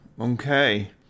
Okay